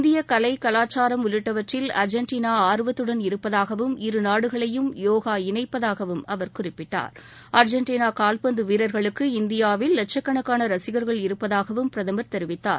இந்திய கலை கலாச்சாரம் உள்ளிட்டவற்றில் அர்ஜென்டினா ஆர்வத்துடன் இருப்பதாகவும் இரு நாடுகளையும் யோகா இணைப்பதாகவும் அவர் குறிப்பிட்டார் அர்ஜென்டினா கால்பந்து வீரர்களுக்கு இந்தியாவில் லட்சக்கணக்கான ரசிகர்கள் இருப்பதாகவும் பிரதமர் தெரிவித்தார்